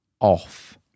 off